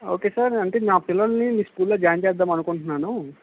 okay sir అంటే నా పిల్లల్ని మీ స్కూల్ లో జాయిన్ చేద్దాం అనుకుంటున్నాను